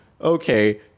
Okay